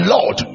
Lord